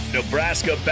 Nebraska